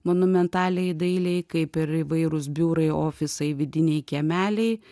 monumentaliai dailei kaip ir įvairūs biurai ofisai vidiniai kiemeliai